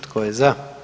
Tko je za?